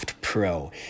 pro